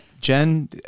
Jen